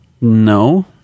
No